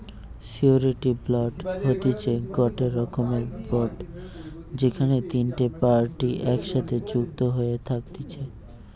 surety bond হতিছে গটে রকমের বন্ড যেখানে তিনটে পার্টি একসাথে যুক্ত হয়ে থাকতিছে